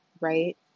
right